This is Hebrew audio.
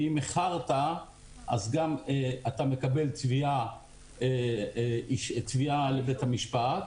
ואם איחרת אז אתה גם מקבל תביעה לבית משפט,